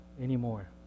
anymore